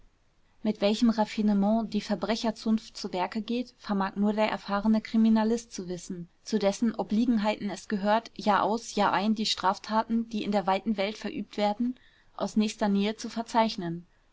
mit welchem raffinement die verbrecherzunft zu werke geht vermag nur der erfahrene kriminalist zu wissen zu dessen obliegenheiten es gehört jahraus jahrein die straftaten die in der weiten welt verübt werden aus nächster nähe zu verzeichnen